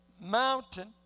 mountain